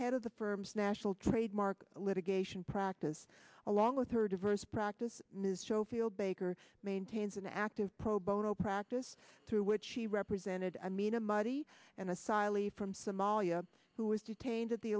head of the firm's national trademark litigation practice along with her diverse practice news show field baker maintains an active pro bono practice through which she represented i mean a muddy and a silo from somalia who is detained at the